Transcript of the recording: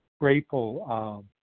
grateful